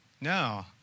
no